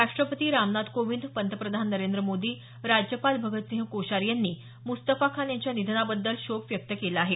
राष्ट्रपती रामनाथ कोविंद पंतप्रधान नरेंद्र मोदी राज्यपाल भगतसिंह कोश्यारी यांनी मुस्तफा खान यांच्या निधानाबद्दल शोक व्यक्त केला आहे